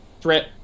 threat